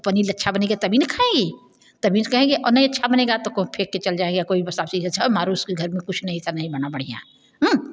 तब पनीर अच्छा बनेगा तभी ना खाई तभी उस कहेंगे और नहीं अच्छा बनेगा तो कोई फेंक के चल जाएगा कोई बस आपस ही अच्छा मारो उसके घर में नहीं कुछ था नहीं बना बढ़िया हाँ